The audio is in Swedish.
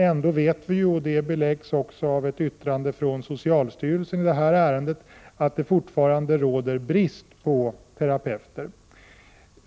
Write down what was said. Ändå vet vi — vilket också beläggs av ett yttrande från socialstyrelsen i det här ärendet — att det fortfarande råder brist på terapeuter.